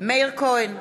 מאיר כהן,